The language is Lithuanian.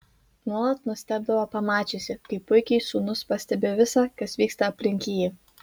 nuolat nustebdavo pamačiusi kaip puikiai sūnus pastebi visa kas vyksta aplink jį